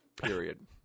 period